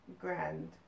grand